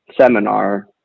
seminar